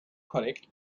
korrekt